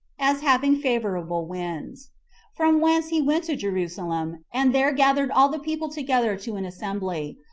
as having favorable winds from whence he went to jerusalem, and there gathered all the people together to an assembly,